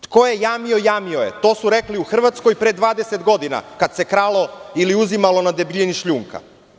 Tko je jamio, jamio je", to su rekli u Hrvatskoj pre 20 godina kad se kralo ili uzimalo na debljinu šljunka.